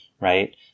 right